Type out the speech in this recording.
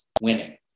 winning